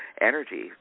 energy